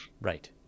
Right